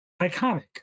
iconic